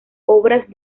obras